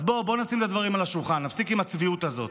אז בואו נשים את הדברים על השולחן ונפסיק עם הצביעות הזאת.